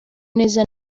neza